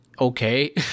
Okay